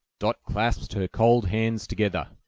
dot clasped her cold hands together.